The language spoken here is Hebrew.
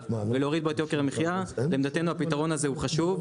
ולהוריד בו את יוקר המחיה לעמדתנו הפתרון הזה הוא חשוב,